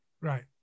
right